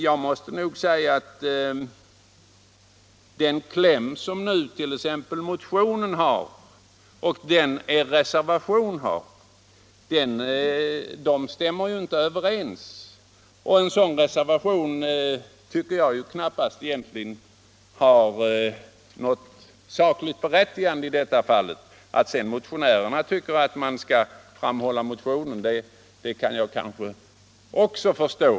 Jag måste nog säga att motionens kläm och er reservation inte stämmer överens, och en sådan reservation tycker jag knappast har något sakligt berättigande. Att sedan motionärerna tycker att man skall uppmärksamma deras motion kan jag i och för sig också förstå.